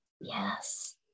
Yes